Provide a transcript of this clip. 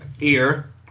ear